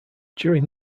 during